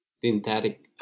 synthetic